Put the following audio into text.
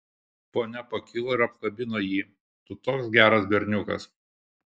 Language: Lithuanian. ponia pakilo ir apkabino jį tu toks geras berniukas